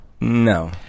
No